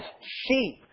sheep